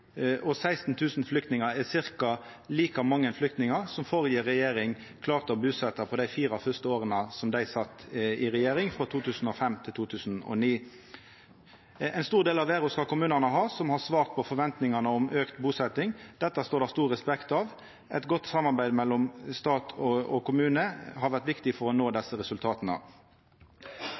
flyktningar er ca. like mange flyktningar som førre regjering klarte å busetja på dei fire første åra som dei sat i regjering, frå 2005 til 2009. Ein stor del av æra skal kommunane ha, som har svart på forventingane om auka busetjing. Det står det stor respekt av. Eit godt samarbeid mellom stat og kommune har vore viktig for å nå desse resultata.